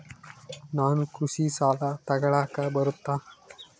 ನಾನು ಕೃಷಿ ಸಾಲ ತಗಳಕ ಬರುತ್ತಾ?